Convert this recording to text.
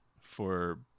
for-